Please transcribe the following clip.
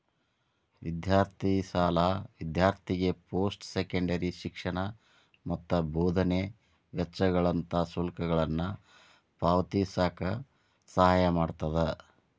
ವಿದ್ಯಾರ್ಥಿ ಸಾಲ ವಿದ್ಯಾರ್ಥಿಗೆ ಪೋಸ್ಟ್ ಸೆಕೆಂಡರಿ ಶಿಕ್ಷಣ ಮತ್ತ ಬೋಧನೆ ವೆಚ್ಚಗಳಂತ ಶುಲ್ಕಗಳನ್ನ ಪಾವತಿಸಕ ಸಹಾಯ ಮಾಡ್ತದ